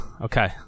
Okay